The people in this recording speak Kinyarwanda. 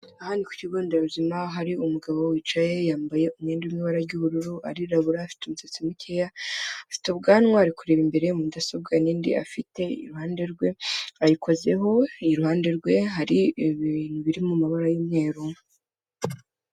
Aha ni ku kigo nderabuzima hari umugabo wicaye yambaye umwenda w'ibara ry'ubururu arirabura afite umusatsi mukeya, afite ubwanwa ari kureba imbere mudasobwa n'indi afite iruhande rwe ayikozeho iruhande rwe hari ibintu biri mu m'amabara y'umweru.